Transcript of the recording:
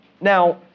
Now